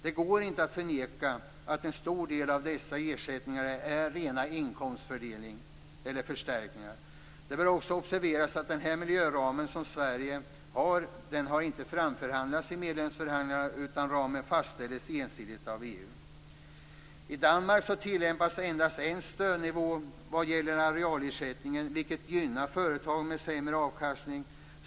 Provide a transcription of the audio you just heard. Det går inte att förneka att en stor del av dessa ersättningar är rena inkomstförstärkningar. Det bör också observeras att den miljöram som Sverige har inte har framförhandlats i medlemskapsförhandlingarna, utan ramen fastställdes ensidigt av EU. I Danmark tillämpas endast en stödnivå vad gäller arealersättning, vilket gynnar företag med sämre avkastning.